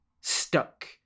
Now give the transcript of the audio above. Stuck